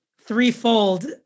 Threefold